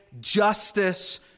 justice